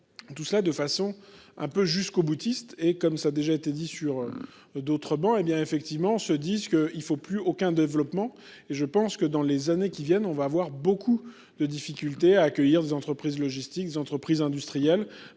Tout ça de façon un peu jusqu'au-boutiste et comme ça déjà été dit sur. D'autres bancs et bien effectivement se disent qu'il faut plus aucun développement et je pense que dans les années qui viennent on va avoir beaucoup de difficultés à accueillir des entreprises logistique entreprises industrielles